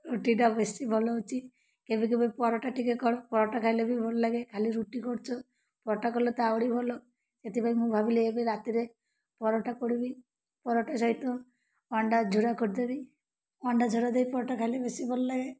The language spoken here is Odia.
ରୁଟିଟା ବେଶୀ ଭଲ ଅଛି କେବେ କେବେ ପରଟା ଟିକେ କର ପରଟା ଖାଇଲେ ବି ଭଲ ଲାଗେ ଖାଲି ରୁଟି କରୁଛ ପରଟା କଲେ ତା ଆଉରି ଭଲ ସେଥିପାଇଁ ମୁଁ ଭାବିଲି ଏବେ ରାତିରେ ପରଟା କରିବି ପରଟା ସହିତ ଅଣ୍ଡା ଝୁରା କରିଦେବି ଅଣ୍ଡା ଝୁରା ଦେଇ ପରଟା ଖାଇଲେ ବେଶୀ ଭଲ ଲାଗେ